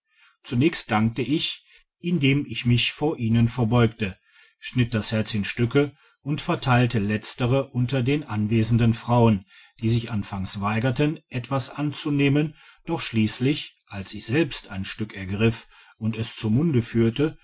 zunächst dankte ich indem ich mich vor ihnen verbeugte schnitt das herz in stücke und verteilte letzere unter den anwesenden frauen die sich anfangs weigerten etwas anzunehmen doch schliesslich als ich selbst ein stück ergriff und es zu munde führte